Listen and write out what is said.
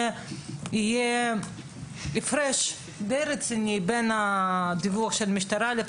שיהיה הבדל די רציני בין הדיווח של המשטרה לדיווח